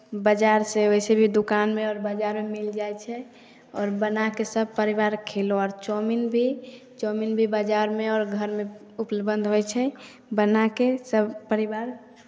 बाजारसँ वइसे भी दोकानमे आओर बाजारमे मिल जाइ छै आओर बना कऽ सभ परिवार खयलहुँ आओर चाऊमीन भी चाऊमीन भी बाजारमे आओर घरमे उपलब्ध होइ छै बना कऽ सभ परिवार